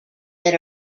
that